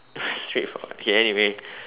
straightforward okay anyway